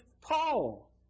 Paul